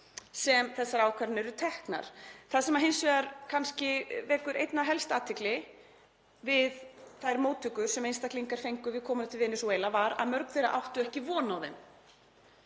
sem þessar ákvarðanir eru teknar. Það sem hins vegar vekur einna helst athygli við þær móttökur sem einstaklingar fengu við komuna til Venesúela var að margir þeirra áttu ekki von á þeim.